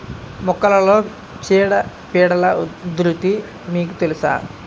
మొక్కలలో చీడపీడల ఉధృతి మీకు తెలుసా?